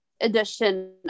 edition